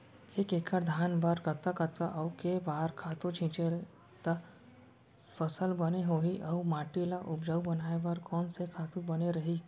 एक एक्कड़ धान बर कतका कतका अऊ के बार खातू छिंचे त फसल बने होही अऊ माटी ल उपजाऊ बनाए बर कोन से खातू बने रही?